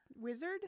Wizard